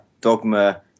dogma